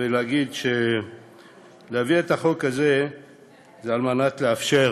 ולהגיד שמביאים את החוק הזה על מנת לאפשר